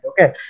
okay